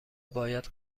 باید